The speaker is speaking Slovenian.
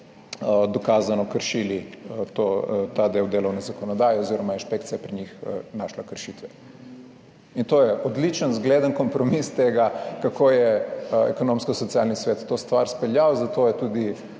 dokazano kršili ta del delovne zakonodaje oziroma je inšpekcija pri njih našla kršitve. In to je odličen, zgleden kompromis tega kako je Ekonomsko-socialni svet to stvar speljal, zato je tudi